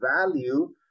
value